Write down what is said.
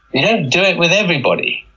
and do it with everybody.